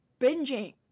binging